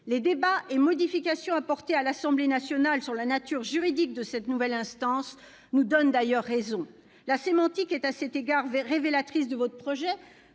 Les débats et modifications apportées à l'Assemblée nationale sur la nature juridique de cette nouvelle instance nous donnent d'ailleurs raison. La sémantique est à cet égard révélatrice de votre projet,